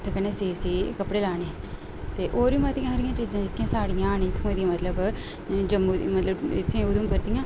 हत्थे कन्नै सी सी कपड़े लाने ते होर बी मती हारियां चीजां जेह्की साढ़ियां न इत्थुं दी मतलव जम्मू मतलव इत्थें उधमपुर दियां